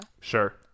Sure